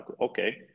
Okay